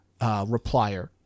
Replier